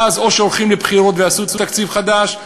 ואז או שהולכים לבחירות ויעשו תקציב חדש,